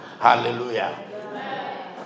Hallelujah